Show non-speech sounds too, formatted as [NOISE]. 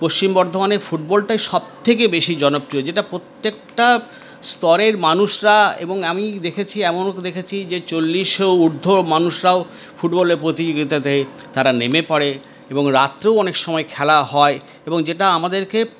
পশ্চিম বর্ধমানের ফুটবলটাই সবথেকে বেশি জনপ্রিয় যেটা প্রত্যেকটা স্তরের মানুষরা এবং আমি দেখেছি এমনও [UNINTELLIGIBLE] দেখেছি যে চল্লিশও ঊর্ধ্ব মানুষরাও ফুটবলের প্রতিযোগিতাতে তারা নেমে পড়ে এবং রাত্রেও অনেক সময় খেলা হয় এবং যেটা আমাদেরকে